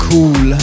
Cool